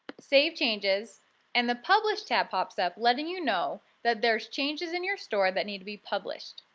save changes and the publish tab pops up letting you know that there's changes in your store that need to be published.